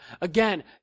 Again